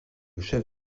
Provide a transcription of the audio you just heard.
chef